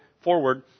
forward